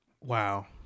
wow